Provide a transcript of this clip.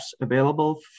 available